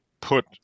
put